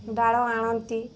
ଡାଳ ଆଣନ୍ତି